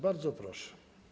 Bardzo proszę.